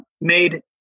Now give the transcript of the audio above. made